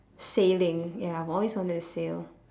sailing ya I have always wanted to sail